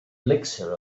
elixir